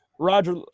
Roger